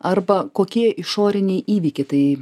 arba kokie išoriniai įvykiai tai